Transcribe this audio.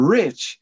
rich